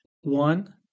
One